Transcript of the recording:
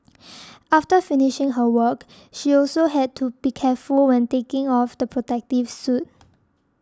after finished her work she also had to be careful when taking off the protective suit